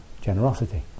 Generosity